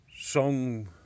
song